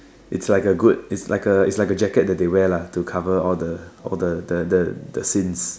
it's like a good it's like a it's like a jacket that they wear lah to cover all the all the the the sins